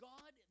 God